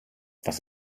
was